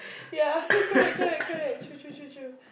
yeah correct correct correct true true true true